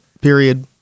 Period